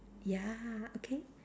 ya okay